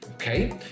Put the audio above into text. Okay